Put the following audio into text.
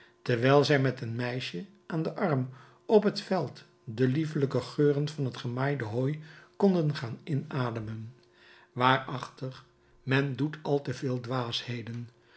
terwijl zij met een meisje aan den arm op het veld de liefelijke geuren van het gemaaide hooi konden gaan inademen waarachtig men doet al te veel dwaasheden